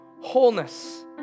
wholeness